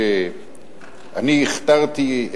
שאני הכתרתי,